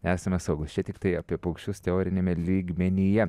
esame saugūs čia tiktai apie paukščius teoriniame lygmenyje